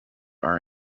are